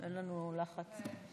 אני לא הולך לדבר על הנושא הזה,